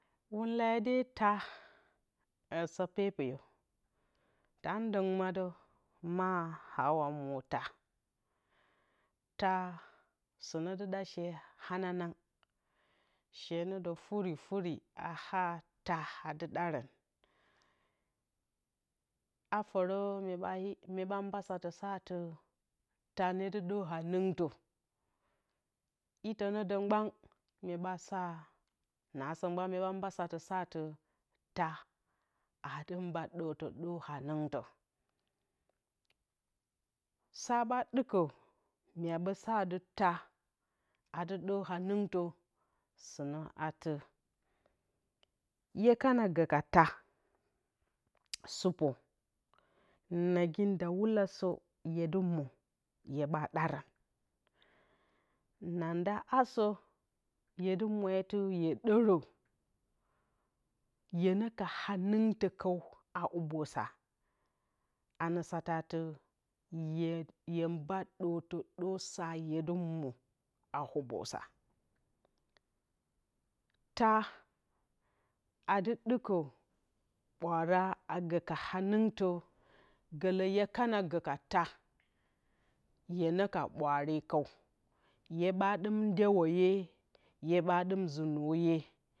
Whɨn leye de taa sɨ pepeyǝ taadǝng madǝ aa ma aawa mǝ taa taa sɨnǝ dɨ ɗa shee hananang shee nǝ dǝ furifuri a ha taa adɨ ɗarǝn a fǝrǝ myeɓa mba satǝ saa dɨ taa ne dɨ dǝr hanɨngtǝ itǝ nǝ mgban naasǝ myeɓa saa taa aadɨ mba dǝr hanɨngtǝ saɓa dɨkǝ myeɓa saa taa adɨ dǝr hanɨngtǝ sɨna atɨ hye kana gǝ ka taa sɨpǝ nagi ndǝwulǝ se hye dɨ mo hyeɓa ɗarǝn nanada asǝ hyedɨ mwaa hye dǝrǝ hyena ka hanɨngtǝ kǝw a hubǝ sakasa atɨ hye mba ɗǝrtǝ saa hubǝ saa adɨ mwa taa adɨ ɗǝkǝ ɓwaara agǝ ka hanɨngtǝ gǝkɨlǝ hye kana gǝ ka taa hyena ka bwaare kǝu hyeɓa ɗɨm mdewoye hyeɓa ɗɨm nji nǝye